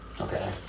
Okay